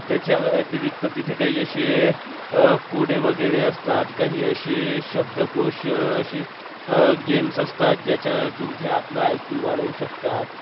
त्याच्या व्यतिरिक्त तिथे काही असे कोडे वगैरे असतात काही असे शब्दकोश असे गेम्स असतात ज्याच्यातून ते आपला आय क्यू वाढवू शकतात